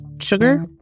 sugar